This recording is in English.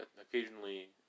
occasionally